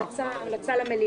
זו המלצה למליאה.